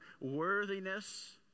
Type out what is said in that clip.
worthiness